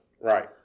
Right